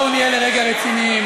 בואו נהיה לרגע רציניים,